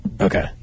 Okay